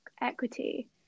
equity